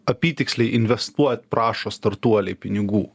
apytiksliai investuot prašo startuoliai pinigų